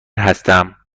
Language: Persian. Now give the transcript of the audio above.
هستم